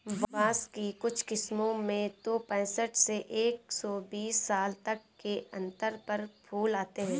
बाँस की कुछ किस्मों में तो पैंसठ से एक सौ बीस साल तक के अंतर पर फूल आते हैं